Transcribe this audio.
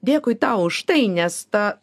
dėkui tau už tai nes ta